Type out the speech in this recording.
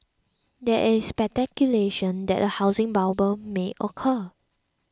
there is speculation that a housing bubble may occur